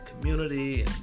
community